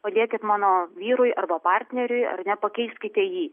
padėkit mano vyrui arba partneriui ar ne pakeiskite jį